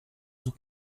sus